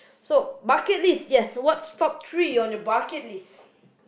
so bucket list yes what's top three on your bucket list